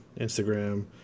Instagram